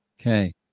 Okay